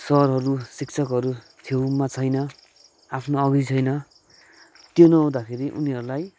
सरहरू शिक्षकहरू छेउमा छैन आफ्नो अघि छैन त्यो नहुँदाखेरि उनीहरूलाई